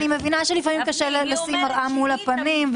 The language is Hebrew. אני מבינה שלפעמים אתה שואל על לשים ראי מול הפנים,